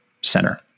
center